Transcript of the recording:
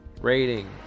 Rating